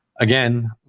again